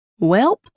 Welp